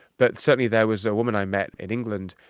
but certainly there was a woman i met in england,